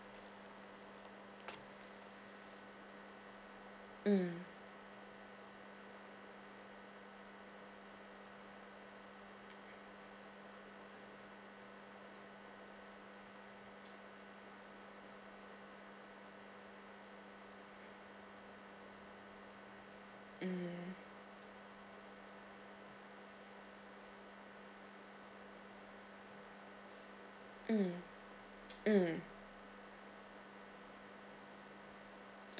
mm mm mm mm